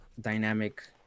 dynamic